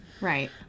right